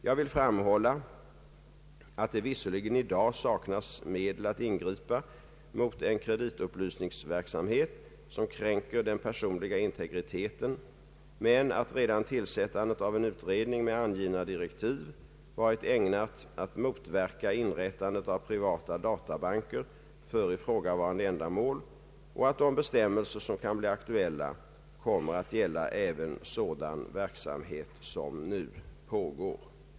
Jag vill framhålla att det visserligen i dag saknas medel att ingripa mot en kreditupplysningsverksamhet som kränker den personliga integriteten men att redan tillsättandet av en utredning med angivna direktiv varit ägnat att motverka inrättandet av privata databanker för ifrågavarande ändamål och att de bestämmelser som kan bli aktuella kommer att gälla även sådan verksamhet som nu pågår.